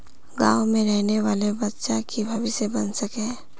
गाँव में रहे वाले बच्चा की भविष्य बन सके?